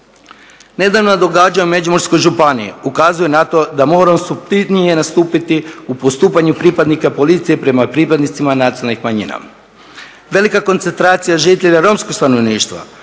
Nedavna događanja u Međimurskoj županiji ukazuju na to da moraju suptilnije nastupiti u postupanju pripadnika policije prema pripadnicima nacionalnih manjina. Velika koncentracija žitelja romskog stanovništva